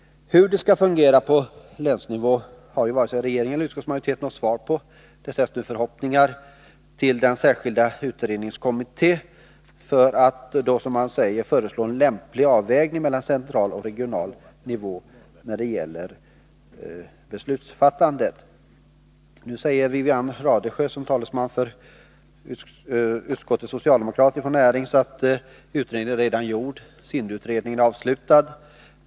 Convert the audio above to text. Hur det skall fungera på länsnivå har varken regeringen eller utskottsmajoriteten något svar på. Där sätts nu förhoppningarna till att den särskilda utredningskommittén skall föreslå en lämplig avvägning mellan central och regional nivå när det gäller beslutsfattandet. Nu säger Wivi-Anne Radesjö som talesman för näringsutskottets socialdemokrater att utredningen redan är gjord; SIND-utredningen är avslutad.